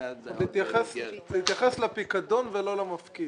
להתייחס לפיקדון ולא למפקיד.